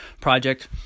project